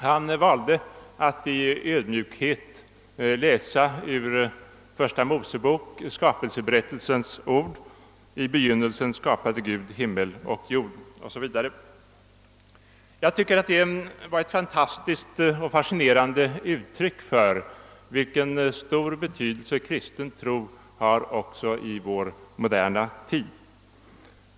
Han valde att i ödmjukhet läsa ur Första Mosebok skapelseberättelsens ord: I begynnelsen skapade Gud himmel och jord o.s.v. Jag tycker att det var ett fascinerande uttryck för vilken stor betydelse kristen tro har också i vår moderna tid.